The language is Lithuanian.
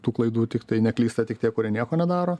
tų klaidų tiktai neklysta tik tie kurie nieko nedaro